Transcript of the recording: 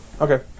Okay